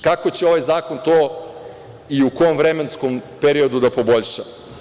Kako će ovaj zakon to i u kom vremenskom periodu da poboljša?